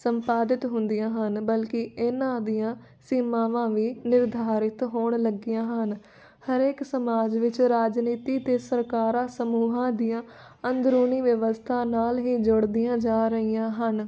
ਸੰਪਾਦਿਤ ਹੁੰਦੀਆਂ ਹਨ ਬਲਕਿ ਇਹਨਾਂ ਦੀਆਂ ਸੀਮਾਵਾਂ ਵੀ ਨਿਰਧਾਰਿਤ ਹੋਣ ਲੱਗੀਆਂ ਹਨ ਹਰੇਕ ਸਮਾਜ ਵਿੱਚ ਰਾਜਨੀਤੀ ਅਤੇ ਸਰਕਾਰਾਂ ਸਮੂਹਾਂ ਦੀਆਂ ਅੰਦਰੂਨੀ ਵਿਵਸਥਾ ਨਾਲ ਹੀ ਜੁੜਦੀਆਂ ਜਾ ਰਹੀਆਂ ਹਨ